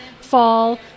fall